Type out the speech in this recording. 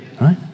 right